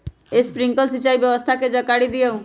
Sprinkler सिंचाई व्यवस्था के जाकारी दिऔ?